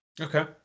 okay